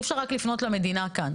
אי אפשר רק לפנות למדינה כאן.